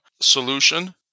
Solution